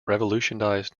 revolutionized